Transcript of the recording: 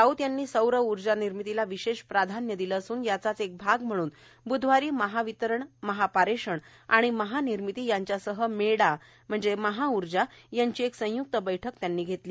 राऊत यांनी सौर ऊर्जा निर्मितीला विशेष प्राधान्य दिलं असून याचाच एक भाग म्हणून ब्धवारी महावितरण महापारेषण आणि महानिर्मिती यांच्यासह मेडामहाऊर्जा यांची एक संय्क्त बैठक घेतली